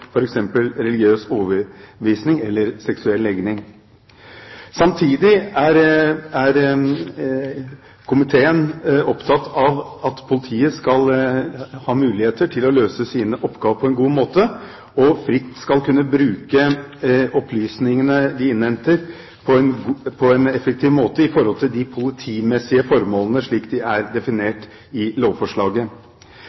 religiøs overbevisning eller seksuell legning. Samtidig er komiteen opptatt av at politiet skal ha muligheter til å løse sine oppgaver på en god måte og fritt skal kunne bruke opplysningene de innhenter, på en effektiv måte i forhold til de politimessige formålene slik de er